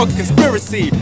conspiracy